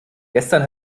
gestern